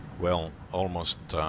well. almost!